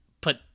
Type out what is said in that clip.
put